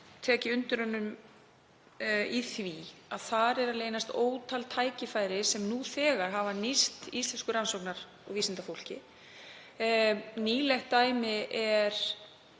tek undir það með honum að þar leynast ótal tækifæri sem nú þegar hafa nýst íslensku rannsóknar- og vísindafólki. Nýlegt dæmi eru